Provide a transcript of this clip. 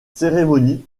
cérémonie